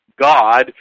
god